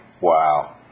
Wow